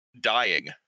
dying